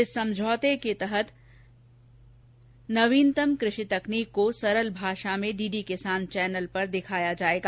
इस समझौते के तहत नवीनतम कृषि तकनीक को सरल भाषा में डीडी किसान चैनल पर दिखाया जायेगा